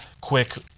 quick